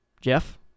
Jeff